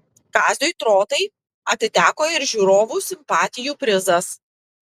kaziui trotai atiteko ir žiūrovų simpatijų prizas